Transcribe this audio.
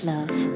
Love